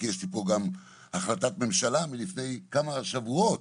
כי יש לי פה גם החלטת ממשלה מלפני כמה שבועות